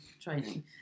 training